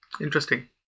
Interesting